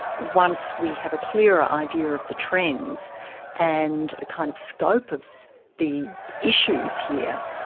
once we have a clearer idea of the trends and the kind of scope of the issues here,